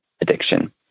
addiction